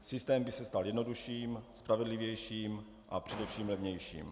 Systém by se stal jednodušším, spravedlivějším a především levnějším.